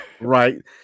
right